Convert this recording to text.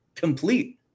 complete